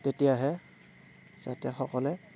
তেতিয়াহে যাতে সকলোৱে